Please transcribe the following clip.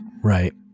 Right